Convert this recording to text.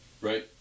Right